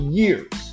years